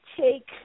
take